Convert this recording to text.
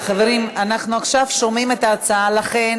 ולשרים אחרים שנלחמו על הצעת החוק,